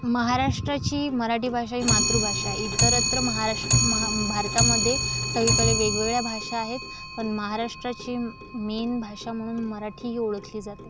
महाराष्ट्राची मराठी भाषा ही मातृभाषा आहे इतरत्र महाराष्ट्र महा भारतामध्ये सगळीकडे वेगवेगळ्या भाषा आहेत पण महाराष्ट्राची मेन भाषा म्हणून मराठी ही ओळखली जाते